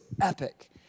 epic